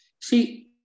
see